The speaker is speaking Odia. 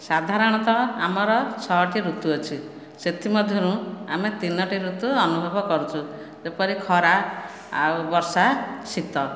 ସାଧାରଣତଃ ଆମର ଛଅଟି ଋତୁ ଅଛି ସେଥିମଧ୍ୟରୁ ଆମେ ତିନୋଟି ଋତୁ ଅନୁଭବ କରୁଛୁ ଯେପରି ଖରା ଆଉ ବର୍ଷା ଶୀତ